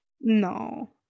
No